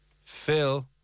Phil